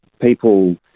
people